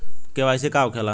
KYC का होखेला?